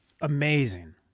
amazing